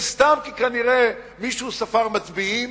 זה סתם כי כנראה מישהו ספר מצביעים,